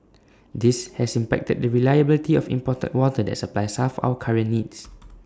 this has impacted the reliability of imported water that supplies half our current needs